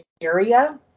area